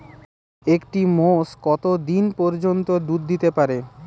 একটি মোষ কত দিন পর্যন্ত দুধ দিতে পারে?